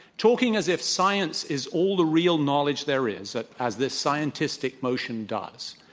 talking as if science is all the real knowledge there is, that as this scientistic motion does,